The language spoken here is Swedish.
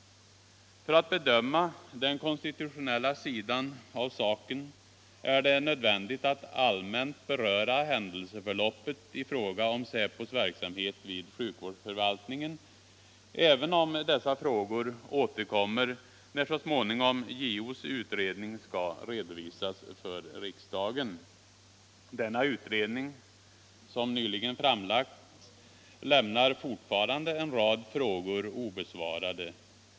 För att bedöma den konstitutionella sidan av saken är det nödvändigt att allmänt beröra händelseförloppet i fråga om säpos verksamhet vid sjukvårdsförvaltningen, även om dessa frågor återkommer när så småningom JO:s utredning skall redovisas för riksdagen. Denna utredning, som nyligen framlagts, lämnar fortfarande en rad frågor obesvarade.